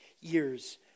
years